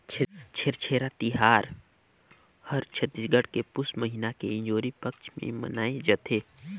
छेरछेरा तिहार हर छत्तीसगढ़ मे पुस महिना के इंजोरी पक्छ मे मनाए जथे